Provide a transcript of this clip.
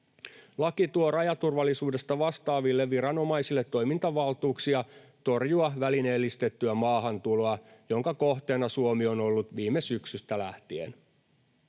Laki tuo rajaturvallisuudesta vastaaville viranomaisille toimintavaltuuksia torjua välineellistettyä maahantuloa, jonka kohteena Suomi on ollut viime syksystä lähtien.